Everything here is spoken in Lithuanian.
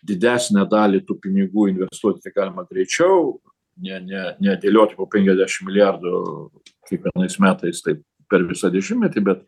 didesnę dalį tų pinigų investuot kiek galima greičiau ne ne nedėlioti po penkiasdešim milijardų kiekvienais metais taip per visą dešimtmetį bet